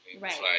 Right